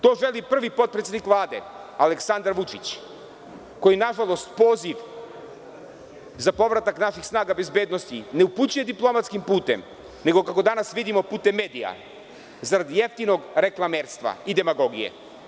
To želi prvi potpredsednik Vlade Aleksandar Vučić koji nažalost poziv za povratak naših snaga bezbednosti ne upućuje diplomatskim putem, nego kako danas vidimo putem medija, zarad jeftinog reklamerstva i demagogije.